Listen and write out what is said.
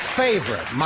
favorite